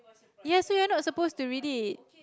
ya so you're not supposed to read it